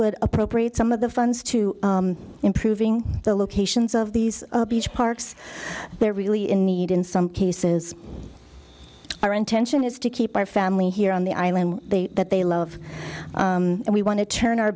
would appropriate some of the funds to improving the locations of these parks they're really in need in some cases our intention is to keep our family here on the island that they love and we want to turn our